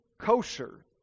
kosher